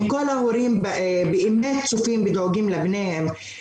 אם כל ההורים באמת צופים ודואגים לבניהם,